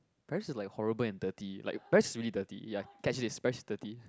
Paris is like horrible and dirty like Paris is really dirty ya catch this Paris is dirty